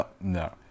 No